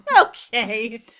Okay